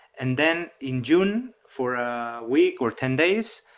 and then in june, for a week or ten days,